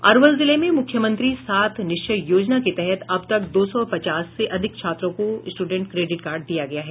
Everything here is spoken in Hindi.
अरवल जिले में मुख्यमंत्री सात निश्चय योजना के तहत अब तक दो सौ पचास से अधिक छात्रों को स्टूडेंट क्रेडिट कार्ड दिया गया है